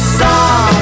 song